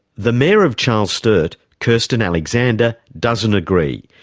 the mayor of charles sturt, kirsten alexander, doesn't agree.